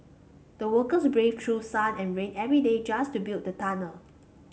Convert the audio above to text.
the workers braved through sun and rain every day just to build the tunnel